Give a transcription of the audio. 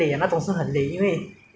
一个山一个山这样 hor 你懂 ah